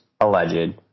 alleged